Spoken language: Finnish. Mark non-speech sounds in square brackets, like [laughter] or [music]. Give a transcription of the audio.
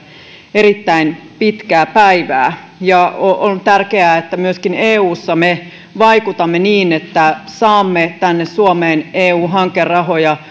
erittäin pitkää päivää ja on tärkeää että myöskin eussa me vaikutamme niin että saamme tänne suomeen eu hankerahoja [unintelligible]